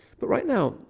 but right now,